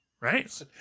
Right